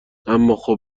اماخب